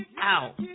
out